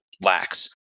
lacks